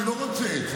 אני לא רוצה את זה.